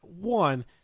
One